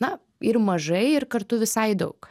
na ir mažai ir kartu visai daug